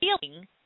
feeling